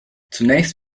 zunächst